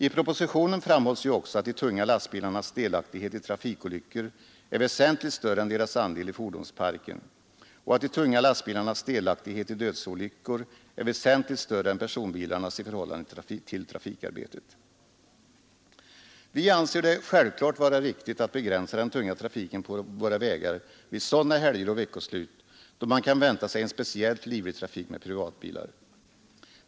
I propositionen framhålls också att de tunga lastbilarnas delaktighet i trafikolyckor är väsentligt större än deras andel i fordonsparken och att de tunga lastbilarnas delaktighet i dödsolyckorna är väsentligt större än personbilarnas i förhållande till trafikarbetet. Vi anser det självklart vara riktigt att begränsa den tunga trafiken på våra vägar vid sådana helger och veckoslut då man kan vänta sig en speciellt livlig trafik med privatbilar.